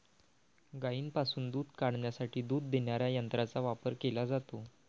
गायींपासून दूध काढण्यासाठी दूध देणाऱ्या यंत्रांचा वापर केला जातो